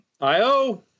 I-O